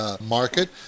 market